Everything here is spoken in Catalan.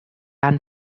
han